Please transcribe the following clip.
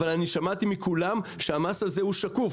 אבל אני שמעתי מכולם שהמס הזה הוא שקוף.